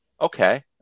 okay